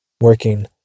working